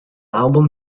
album